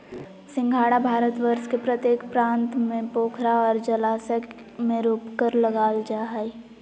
सिंघाड़ा भारतवर्ष के प्रत्येक प्रांत में पोखरा और जलाशय में रोपकर लागल जा हइ